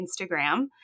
Instagram